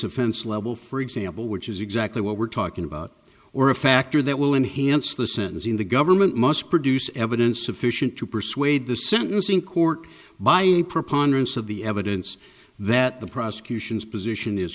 offense level for example which is exactly what we're talking about or a factor that will enhance the sentencing the government must produce evidence sufficient to persuade the sentencing court by a preponderance of the evidence that the prosecution's position is